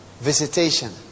Visitation